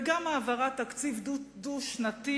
וגם העברת תקציב דו-שנתי,